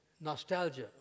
Nostalgia